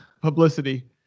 publicity